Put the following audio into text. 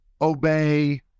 obey